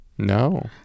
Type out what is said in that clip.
no